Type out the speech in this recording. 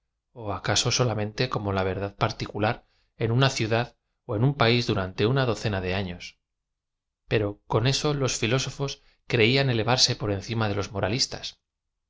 ó acaso solamente como la verdad par ticular en una ciudad ó en un país durante una doce na de afios pero con eso los filósofos creían elevarse por encima de los moralistas